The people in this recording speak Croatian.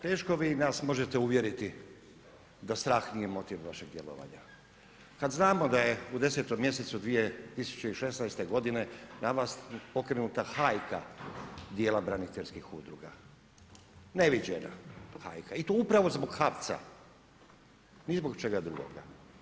Teško vi nas možete uvjeriti da strah nije motiv vašeg djelovanja, kada znamo da je 10. mjesecu 2016. godine na vas pokrenuta hajka dijela braniteljskih udruga, neviđena hajka i to upravo zbog HAVC-a, ni zbog čega drugoga.